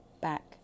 back